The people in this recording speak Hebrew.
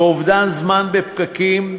באובדן זמן בפקקים,